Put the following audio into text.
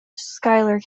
schuyler